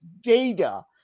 data